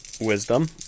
Wisdom